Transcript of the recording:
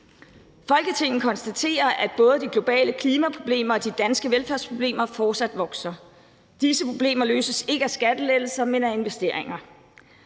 »Folketinget konstaterer, at både de globale klimaproblemer og de danske velfærdsproblemer fortsat vokser. Disse problemer løses ikke af skattelettelser, men af investeringer.